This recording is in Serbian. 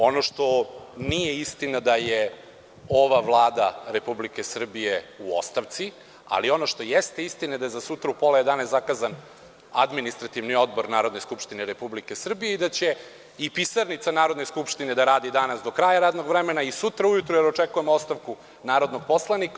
Ono što nije istina da je ova Vlada Republike Srbije u ostavci, ali ono što jeste istina je da je za sutra u pola jedanaest zakazan Administrativni odbor Narodne skupštine Republike Srbije i da će i Pisarnica Narodne skupštine da radi danas do kraja radnog vremena i sutra ujutru, jer očekujemo ostavku narodnog poslanika.